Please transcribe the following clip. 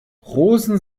rosen